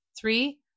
Three